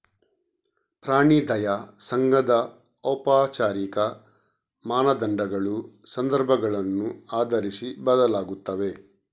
ಪ್ರಾಣಿ ದಯಾ ಸಂಘದ ಔಪಚಾರಿಕ ಮಾನದಂಡಗಳು ಸಂದರ್ಭಗಳನ್ನು ಆಧರಿಸಿ ಬದಲಾಗುತ್ತವೆ